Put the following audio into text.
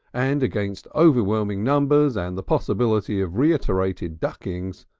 and against overwhelming numbers and the possibility of reiterated duckings,